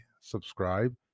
subscribe